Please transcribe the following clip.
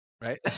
Right